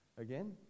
again